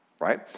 right